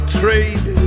trade